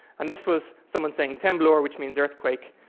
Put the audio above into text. and this was someone saying temblor, which means earthquake.